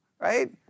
Right